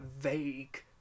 vague